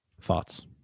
Thoughts